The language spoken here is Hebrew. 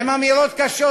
הן אמירות קשות.